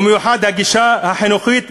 ובמיוחד הגישה החינוכית,